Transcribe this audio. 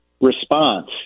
response